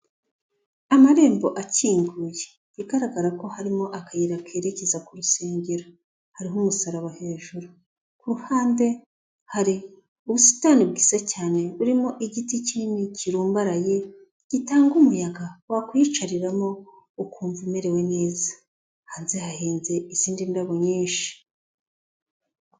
Amarembo akinguye bigaragara ko harimo akayira kerekeza ku rusengero, hariho umusaraba hejuru, ku ruhande hari ubusitani bwiza cyane burimo igiti kinini kirumbaraye gitanga umuyaga, wakwiyicariramo ukumva umerewe neza, hanze hahinze izindi ndabo nyinshi.